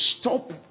stop